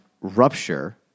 rupture